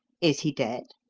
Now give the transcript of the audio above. is he dead?